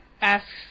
asks